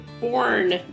born